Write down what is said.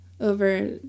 over